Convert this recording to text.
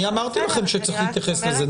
אני אמרתי לכם שצריך להתייחס לזה.